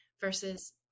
versus